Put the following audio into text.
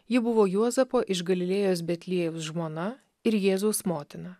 ji buvo juozapo iš galilėjos betliejaus žmona ir jėzaus motina